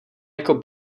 jako